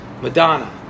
Madonna